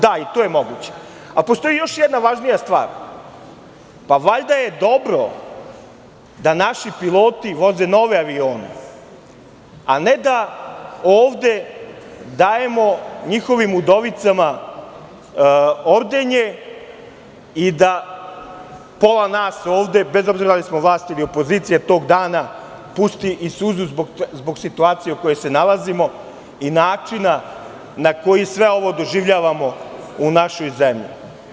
Da i to je moguće, a postoji još jedna važnija stvar, valjda je dobro da naši piloti voze nove avione, a ne da ovde dajemo njihovim udovicama ordenje i da pola nas ovde, bez obzira da li smo vlast ili opozicija tog dana, pusti i suzu zbog situacije u kojoj se nalazimo i načina na koji sve ovo doživljavamo u našoj zmelji.